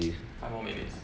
five more minutes